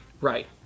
right